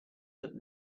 that